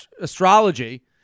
Astrology